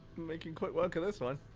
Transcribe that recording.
making quick work of this one